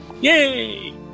Yay